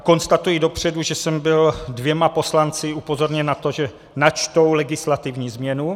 Konstatuji dopředu, že jsem byl dvěma poslanci upozorněn na to, že načtou legislativní změnu.